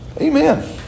amen